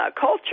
culture